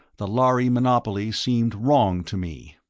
the lhari monopoly seemed wrong to me.